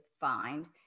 find